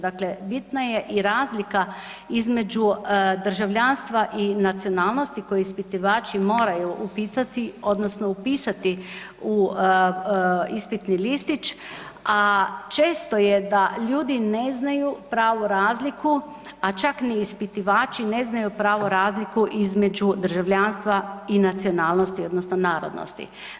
Dakle, bitna je i razlika između državljanstva i nacionalnosti koji ispitivači moraju upitati odnosno upisati u ispitni listić, a često je da ljudi ne znaju pravu razliku, a čak ni ispitivači ne znaju pravu razliku između državljanstva i nacionalnosti odnosno narodnosti.